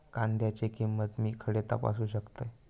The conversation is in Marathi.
कांद्याची किंमत मी खडे तपासू शकतय?